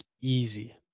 easy